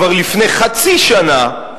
כבר לפני חצי שנה.